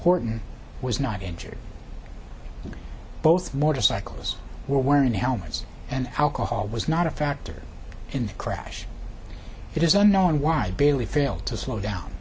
horton was not injured both motorcycles were wearing helmets and alcohol was not a factor in the crash it is unknown why bailey failed to slow down